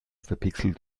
verpixelt